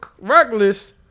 reckless